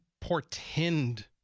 portend